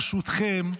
ברשותכם,